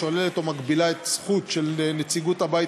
השוללת או מגבילה את הזכות של נציגות הבית